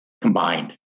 combined